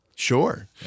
Sure